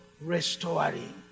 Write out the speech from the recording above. restoring